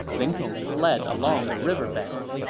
ling tong fled along the riverbank.